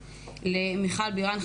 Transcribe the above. למיכל בירן,